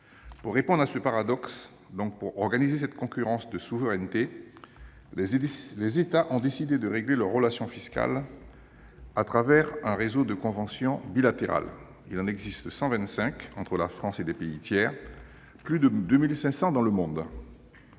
Pour répondre à ce paradoxe, donc pour organiser cette concurrence de souveraineté, les États ont décidé de régler leurs relations fiscales à travers un réseau de conventions bilatérales. Il en existe 125 entre la France et des pays tiers, plus de 2 500 dans le monde.